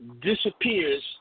disappears